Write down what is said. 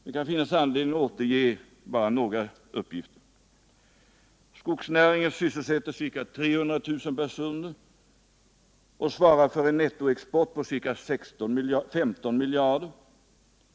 Det kan finnas anledning att återge bara några uppgifter i studien: ”Skogsnäringen sysselsätter ca 300.000 personer och svarar för en nettoexport på ca 15 miljarder kronor.